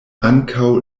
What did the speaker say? ankaŭ